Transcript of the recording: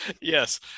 yes